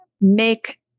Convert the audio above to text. make